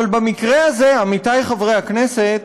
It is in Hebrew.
אבל במקרה הזה, עמיתי חברי הכנסת,